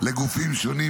לגופים שונים,